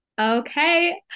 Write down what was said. Okay